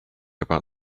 about